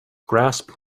grasp